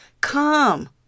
Come